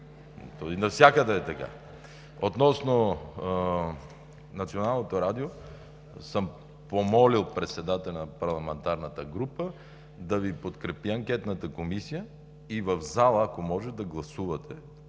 Навсякъде е така. Относно Националното радио съм помолил председателя на парламентарната група да Ви подкрепи Анкетната комисия и предлагам, ако може да гласувате